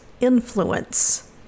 influence